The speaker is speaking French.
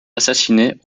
assassinée